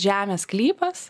žemės sklypas